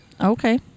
Okay